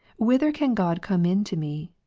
whither can god come into me,